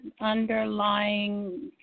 underlying